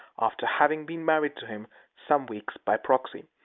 after having been married to him some weeks by proxy.